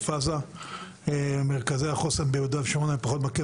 עזה מרכזי החוסן ביהודה שומרון אני פחות מכיר,